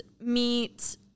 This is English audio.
meet-